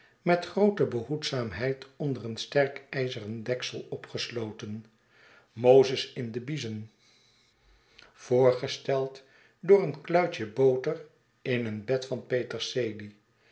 met groote behoedzaamheid onder een sterk ijzeren deksel opgesloten mozes in de biezen voorgesteld door een kluitje boter in een bed van peterselie